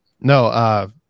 no